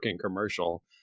commercial